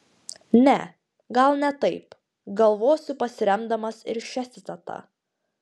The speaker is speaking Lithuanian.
ne gal ne taip galvosiu pasiremdamas ir šia citata